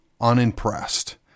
unimpressed